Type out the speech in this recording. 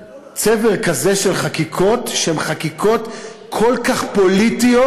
אני לא זוכר צבר כזה של חקיקות שהן חקיקות כל כך פוליטיות,